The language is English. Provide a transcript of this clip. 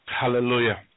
Hallelujah